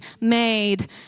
made